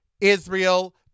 Israel